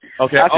Okay